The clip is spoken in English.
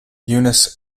eunice